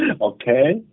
Okay